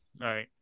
right